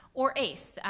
or aice,